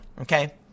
okay